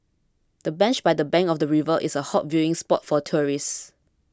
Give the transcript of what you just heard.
the bench by the bank of the river is a hot viewing spot for tourists